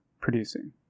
producing